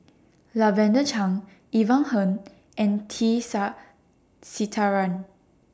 Lavender Chang Ivan Heng and T Sasitharan